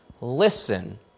Listen